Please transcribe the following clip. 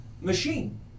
machine